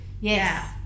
Yes